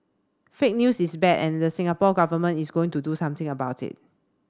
fake news is bad and the Singapore Government is going to do something about it